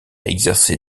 exercer